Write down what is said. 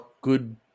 good